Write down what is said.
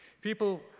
People